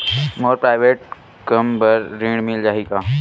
मोर private कम बर ऋण मिल जाही का?